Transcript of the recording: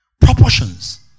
proportions